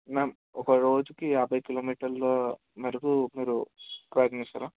ma'am ఒక రోజుకు యాభై కిలోమీటర్ల మేరకు మీరు ప్రయత్నిస్తారా